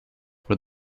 were